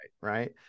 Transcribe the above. right